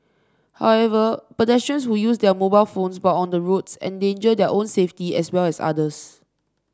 however pedestrians who use their mobile phones while on the roads endanger their own safety as well as others